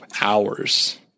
hours